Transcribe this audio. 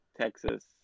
Texas